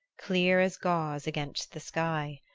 clear as gauze against the sky.